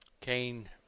Cain